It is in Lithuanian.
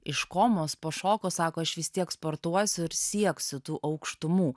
iš komos po šoko sako aš vis tiek sportuosiu ir sieksiu tų aukštumų